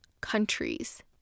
countries